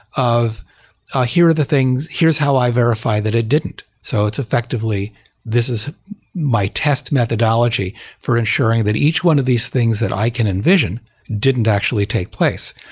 of ah here are the things here's how i verify that it didn't. so it's effectively this is my test methodology for ensuring that each one of these things that i can envision didn't actually take place.